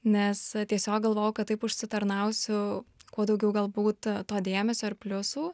nes tiesiog galvojau kad taip užsitarnausiu kuo daugiau galbūt to dėmesio ir pliusų